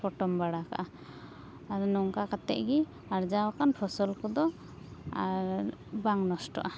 ᱯᱚᱴᱚᱢ ᱵᱟᱲᱟ ᱠᱟᱜᱼᱟ ᱟᱫᱚ ᱱᱚᱝᱠᱟ ᱠᱟᱛᱮ ᱜᱮ ᱟᱨᱡᱟᱣ ᱟᱠᱟᱱ ᱯᱷᱚᱥᱚᱞ ᱠᱚᱫᱚ ᱟᱨ ᱵᱟᱝ ᱱᱚᱥᱴᱚᱜᱼᱟ